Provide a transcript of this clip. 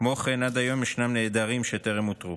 כמו כן, עד היום ישנם נעדרים שטרם אותרו.